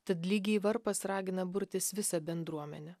tad lygiai varpas ragina burtis visą bendruomenę